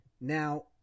Now